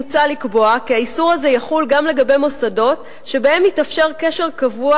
מוצע לקבוע כי האיסור הזה יחול גם לגבי מוסדות שבהם מתאפשר קשר קבוע